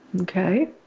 Okay